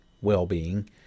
well-being